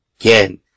again